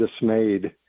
dismayed